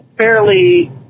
fairly